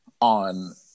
on